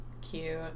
Cute